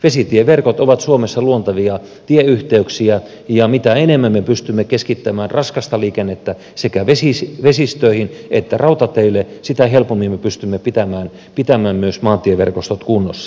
vesitieverkot ovat suomessa luontevia tieyhteyksiä ja mitä enemmän me pystymme keskittämään raskasta liikennettä sekä vesistöihin että rautateille sitä helpommin me pystymme pitämään myös maantieverkostot kunnossa